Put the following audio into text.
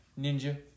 Ninja